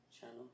channel